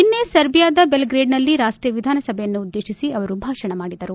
ನಿನ್ನೆ ಸೆರ್ಜಿಯಾದ ಬೆಲ್ಗ್ರೇಡ್ನಲ್ಲಿ ರಾಷ್ಷೀಯ ವಿಧಾನಸಭೆಯನ್ನುದ್ಲೇಶಿಸಿ ಅವರು ಭಾಷಣ ಮಾಡಿದರು